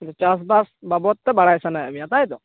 ᱪᱟᱥᱵᱟᱥ ᱵᱟᱵᱚᱫᱛᱮ ᱵᱟᱲᱟᱭ ᱥᱟᱱᱟᱭ ᱢᱮᱭᱟ ᱛᱟᱭᱛᱚ